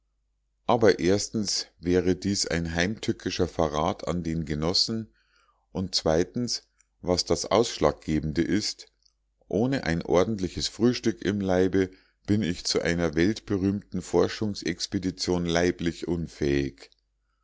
aber erstens wäre dies ein heimtückischer verrat an den genossen und zweitens was das ausschlaggebende ist ohne ein ordentliches frühstück im leibe bin ich zu einer weltberühmten forschungsexpedition leiblich unfähig